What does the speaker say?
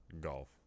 golf